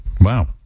Wow